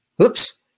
Oops